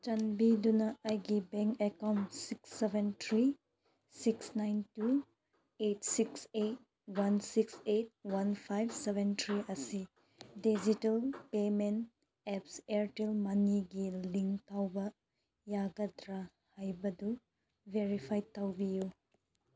ꯆꯥꯟꯕꯤꯗꯨꯅ ꯑꯩꯒꯤ bank account six seven three six nine two eight six eight one six eight one five seven three ꯑꯁꯤ digital payment apps Airtel ꯃꯅꯤꯒꯤ link ꯇꯧꯕ ꯌꯥꯒꯗ꯭ꯔꯥ ꯍꯥꯏꯕꯗꯨ verify ꯇꯧꯕꯤꯌꯨ